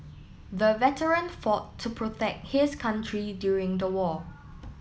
the veteran fought to protect his country during the war